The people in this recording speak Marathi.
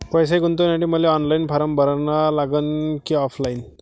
पैसे गुंतन्यासाठी मले ऑनलाईन फारम भरा लागन की ऑफलाईन?